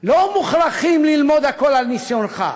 לא מוכרחים ללמוד הכול על ניסיונך.